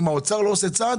אם האוצר לא עושה צעד